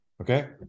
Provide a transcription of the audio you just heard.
okay